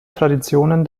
traditionen